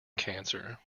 cancer